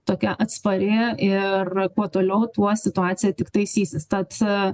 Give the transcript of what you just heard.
tokia atspari ir kuo toliau tuo situacija tik taisysis tad